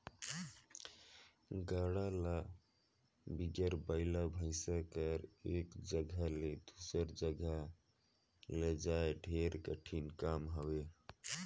गाड़ा ल बिगर बइला भइसा कर एक जगहा ले दूसर जगहा लइजई ढेरे कठिन काम हवे